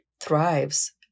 thrives